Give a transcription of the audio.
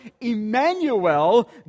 Emmanuel